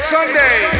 Sunday